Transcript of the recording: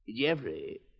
Jeffrey